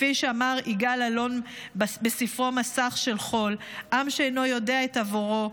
כפי שאמר יגאל אלון בספרו "מסך של חול": "עם שאינו יודע את עברו,